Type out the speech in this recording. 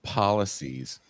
policies